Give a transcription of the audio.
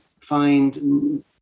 find